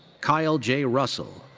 kyle j. russell.